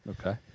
Okay